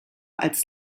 als